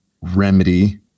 remedy